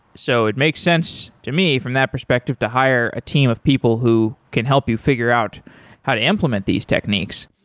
so it makes sense to me from that perspective to hire a team of people who can help you figure out how to implement these techniques.